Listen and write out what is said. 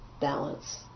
balance